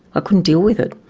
ah couldn't deal with it,